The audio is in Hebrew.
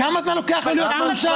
כמה זמן לוקח לו להיות מאושר?